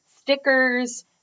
stickers